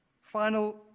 Final